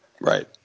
Right